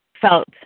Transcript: felt